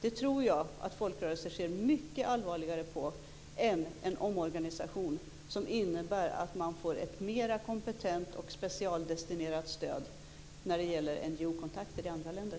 Det ser nog folkrörelserna mycket allvarligare på än en omorganisation som innebär att de får ett mera kompetent och specialdestinerat stöd i fråga om NGO-kontakter i andra länder.